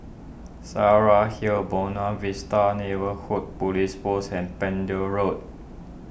Saraca Hill Buona Vista Neighbourhood Police Post and Pender Road